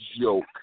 joke